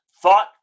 Thought